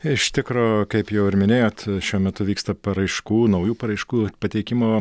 iš tikro kaip jau ir minėjot šiuo metu vyksta paraiškų naujų paraiškų pateikimo